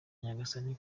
nyagasani